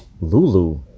Lulu